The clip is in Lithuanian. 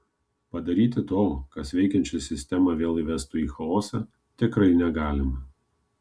padaryti to kas veikiančią sistemą vėl įvestų į chaosą tikrai negalima